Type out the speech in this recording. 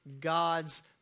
God's